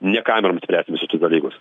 ne kameroms visu tu dalykus